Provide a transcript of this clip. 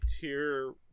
tier